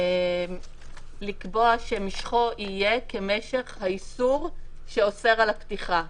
לקבוע שמשכו יהיה כמשך האיסור שאוסר על הפתיחה.